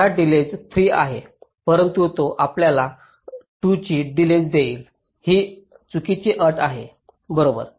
खरा डिलेज 3 आहे परंतु तो आपल्याला 2 ची डिलेज देईल ही चुकीची अट आहे बरोबर